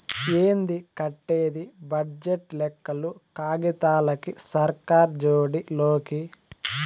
ఏంది కట్టేది బడ్జెట్ లెక్కలు కాగితాలకి, సర్కార్ జోడి లోకి